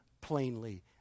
plainly